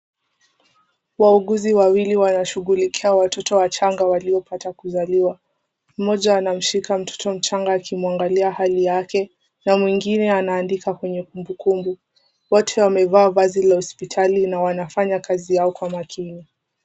Wauguzi wawili wanashughulikia watoto wachanga waliopata kuzaliwa. Mmoja anamshika mtoto mchanga akimwangalia hali yake na mwingine anaandika kwenye kumbukumbu. Wote wamevaa vazi la hospitali na wanafanya kazi yao kwa makini.